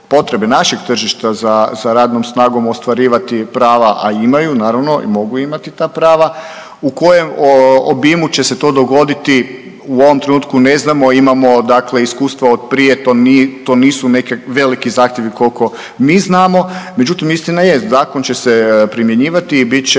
našeg tržišta za radnom snagom ostvarivati prava, a imaju naravno i mogu imati ta prava, u kojem obimu će se to dogoditi u ovom trenutku ne znamo. Imamo dakle iskustva od prije, to nisu neki veliki zahtjevi koliko mi znamo, međutim istina je zakon će se primjenjivati i bit će